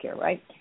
right